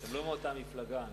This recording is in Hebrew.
לא מאותה מפלגה.